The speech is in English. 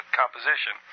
composition